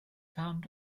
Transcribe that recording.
found